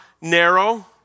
narrow